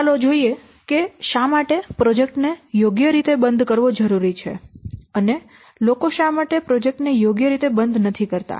તો ચાલો જોઈએ કે શા માટે પ્રોજેક્ટ્સ ને યોગ્ય રીતે બંધ કરવો જરૂરી છે અને લોકો શા માટે પ્રોજેક્ટ્સ યોગ્ય રીતે બંધ નથી કરતા